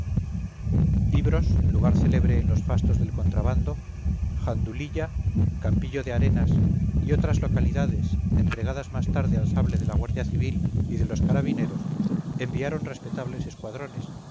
ibros lugar célebre en los fastos del contrabando jandulilla campillo de arenas y otras localidades entregadas más tarde al sable de la guardia civil y de los carabineros enviaron respetables escuadrones